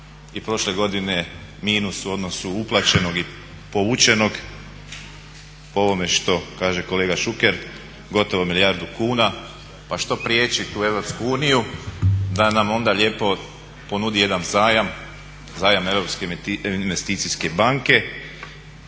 i prošle godine minus u odnosu uplaćenog i povučenog po ovome što kaže kolega Šuker gotovo milijardu kuna. Pa što priječi tu EU da nam onda lijepo ponudi jedan zajam, zajam EIB-a i znači